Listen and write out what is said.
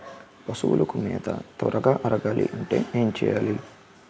పశువులకు మేత త్వరగా అరగాలి అంటే ఏంటి చేయాలి?